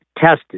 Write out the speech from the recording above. tested